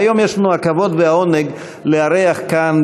היום יש לנו הכבוד והעונג לארח כאן,